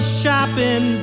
shopping